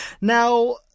Now